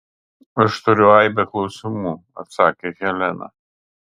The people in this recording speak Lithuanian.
aš turiu aibę klausimų atsakė helena